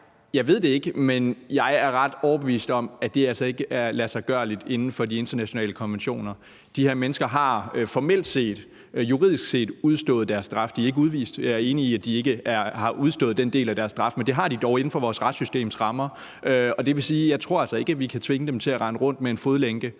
Jeg ved det ikke, men jeg er ret overbevist om, at det altså ikke er ladsiggørligt inden for de internationale konventioner. De her mennesker har formelt set, juridisk set, udstået deres straf. De er ikke udvist. Jeg er enig i, at de ikke har udstået den del af deres straf, men det har de dog inden for vores retssystems rammer, og det vil sige, at jeg altså ikke tror, at vi kan tvinge dem til at rende rundt med en fodlænke